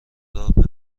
رابه